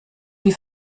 die